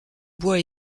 bois